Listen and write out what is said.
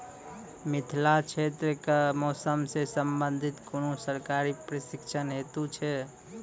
मिथिला क्षेत्रक कि मौसम से संबंधित कुनू सरकारी प्रशिक्षण हेतु छै?